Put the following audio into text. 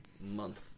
Month